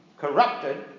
corrupted